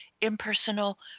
impersonal